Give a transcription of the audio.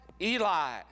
Eli